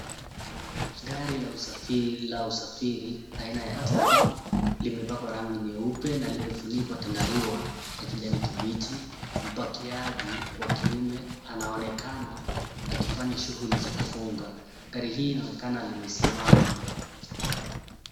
Gari la usafiri aina ya tipa limepakwa rangi nyeupe na limefunikwa chandarua ya kijani kibichi, mpakiaji wa kiume anaonekana akifanya shughuli za kufunga gari hii linaonekana limesimama.